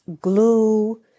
glue